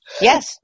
yes